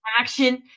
action